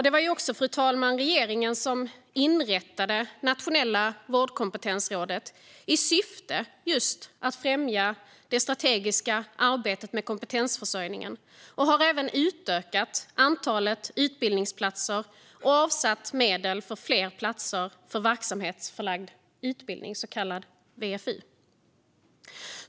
Det var också regeringen, fru talman, som inrättade Nationella vårdkompetensrådet, just i syfte att främja det strategiska arbetet med kompetensförsörjningen. Regeringen har även utökat antalet utbildningsplatser och avsatt medel för fler platser för verksamhetsförlagd utbildning, så kallad VFU.